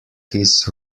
his